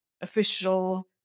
official